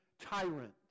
tyrant